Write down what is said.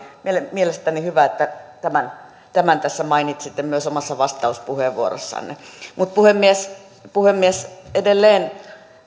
mielestäni hyvä että tämän tämän mainitsitte myös omassa vastauspuheenvuorossanne puhemies puhemies edelleen